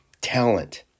talent